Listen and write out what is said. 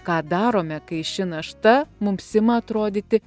ką darome kai ši našta mums ima atrodyti